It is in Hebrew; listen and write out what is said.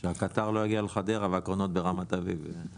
שהקטר לא יגיע לחדרה והקרונות לרמת אביב.